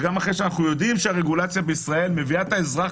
וגם אחרי שאנחנו יודעים שהרגולציה בישראל מביאה את האזרח